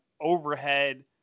overhead